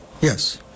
Yes